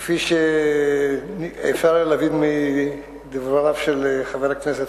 כפי שאפשר היה להבין מדבריו של חבר הכנסת.